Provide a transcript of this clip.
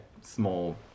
small